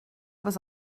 was